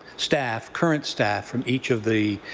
staff, current staff from each of the